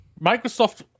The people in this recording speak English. microsoft